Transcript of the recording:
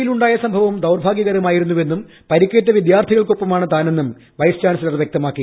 will ഉണ്ടായ സംഭവം ദൌർഭാഗ്യകരമായിരുന്നുവെന്നും പരിക്കേറ്റ വിദ്യാർത്ഥികൾക്കൊപ്പമാണ് താനെന്നും വൈസ് ചാൻസലർ വ്യക്തമാക്കി